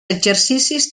exercicis